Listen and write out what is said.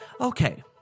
Okay